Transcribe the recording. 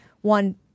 one